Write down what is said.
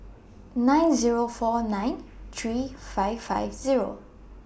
nine Zero four nine three five five Zero